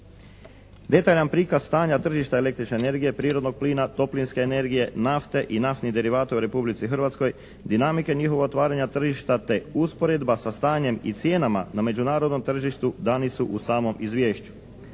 Detaljan prikaz stanja tržišta električne energije prirodnog plina, toplinske energije, nafte i naftnih derivata u Republici Hrvatskoj, dinamika njihova otvaranja tržišta te usporedba sa stanjem i cijenama na međunarodnom tržištu dani su u samom izvješću.